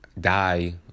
die